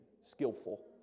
skillful